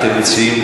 אתה תגיד יש.